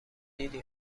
دیدی